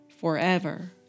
forever